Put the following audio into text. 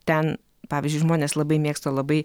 ten pavyzdžiui žmonės labai mėgsta labai